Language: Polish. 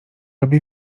robi